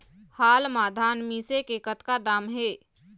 हाल मा धान मिसे के कतका दाम हे?